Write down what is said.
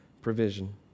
provision